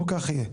לא כך יהיה.